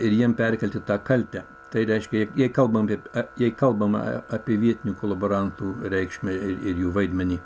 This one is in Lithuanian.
ir jiem perkelti tą kaltę tai reiškia jei jei kalbam jei kalbama apie vietinių kolaborantų reikšmę ir jų vaidmenį